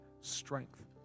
strength